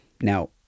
now